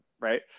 right